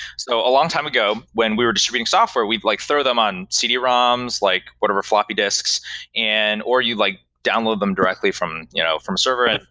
so a long time ago when we were just reading software, we'd like throw them on cd-roms like but or floppy disks and or you like download them directly from you know a server.